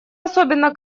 особенно